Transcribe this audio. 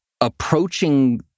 approaching